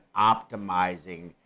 optimizing